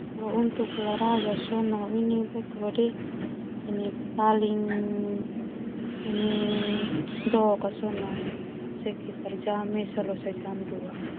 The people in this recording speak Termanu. Olahraga sona paling doka sona jam esa losa jam dua.